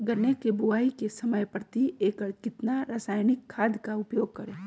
गन्ने की बुवाई के समय प्रति एकड़ कितना रासायनिक खाद का उपयोग करें?